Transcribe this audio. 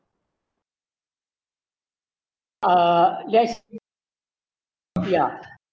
uh yes ya